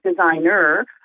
designer